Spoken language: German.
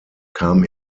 kam